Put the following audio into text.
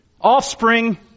offspring